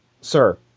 Sir